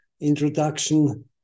introduction